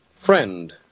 Friend